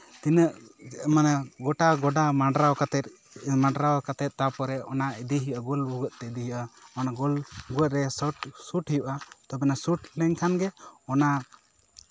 ᱛᱤᱱᱟᱹᱜ ᱢᱟᱱᱮ ᱜᱳᱴᱟ ᱜᱚᱰᱟ ᱢᱟᱰᱨᱟᱣ ᱠᱟᱛᱮᱜ ᱢᱟᱰᱨᱟᱣ ᱠᱟᱛᱮᱜ ᱛᱟᱨᱯᱚᱨᱮ ᱚᱱᱟ ᱤᱫᱤ ᱦᱩᱭᱩᱜᱼᱟ ᱜᱳᱞ ᱵᱷᱩᱜᱟᱹᱜ ᱛᱮ ᱤᱫᱤ ᱦᱩᱭᱩᱜᱼᱟ ᱜᱳᱞ ᱵᱷᱩᱜᱟᱹᱜ ᱨᱮ ᱥᱩᱴ ᱦᱩᱭᱩᱜᱼᱟ ᱛᱚᱵᱮ ᱱᱟ ᱥᱩᱴ ᱞᱮᱱᱠᱷᱟᱱ ᱜᱮ ᱚᱱᱟ